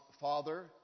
father